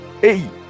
Hey